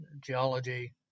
geology